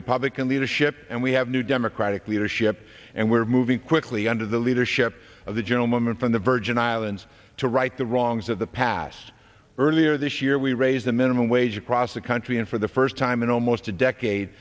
republican leadership and we have new democratic leadership and we're moving quickly under the leadership of the gentleman from the virgin islands to right the wrongs of the past earlier this year we raised the minimum wage across the country and for the first time in almost a decade